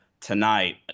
tonight